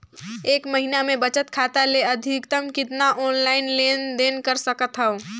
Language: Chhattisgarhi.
एक महीना मे बचत खाता ले अधिकतम कतना ऑनलाइन लेन देन कर सकत हव?